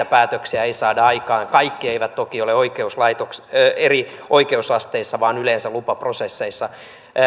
päätöksiä ei saada aikaan kaikki eivät toki ole eri oikeusasteissa vaan yleensä lupaprosesseissa